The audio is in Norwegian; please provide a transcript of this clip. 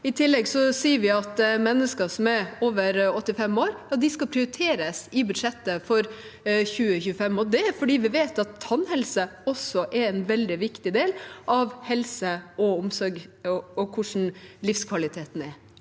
I tillegg sier vi at mennesker som er over 85 år, skal prioriteres i budsjettet for 2025. Det er fordi vi vet at tannhelse også er en veldig viktig del av helse og omsorg og av hvordan livskvaliteten er.